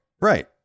right